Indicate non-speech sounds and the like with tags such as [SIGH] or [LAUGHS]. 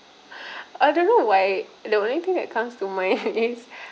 [BREATH] I don't know why the only thing that comes to mind [LAUGHS] is